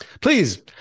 please